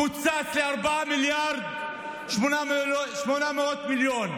קוצץ ל-4 מיליארד ו-800 מיליון.